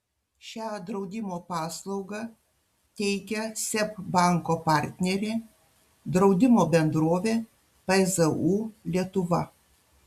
šią draudimo paslaugą teikia seb banko partnerė draudimo bendrovė pzu lietuva